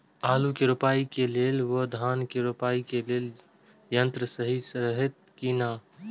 आलु के रोपाई के लेल व धान के रोपाई के लेल यन्त्र सहि रहैत कि ना?